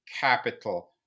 capital